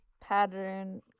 pattern